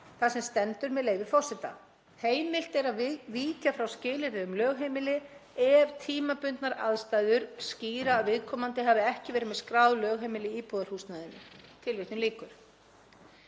þar sem stendur, með leyfi forseta: „Heimilt er að víkja frá skilyrði um lögheimili ef tímabundnar aðstæður skýra að viðkomandi hafi ekki verið með skráð lögheimili í íbúðarhúsnæðinu.“ Gengið er